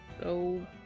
go